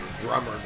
drummer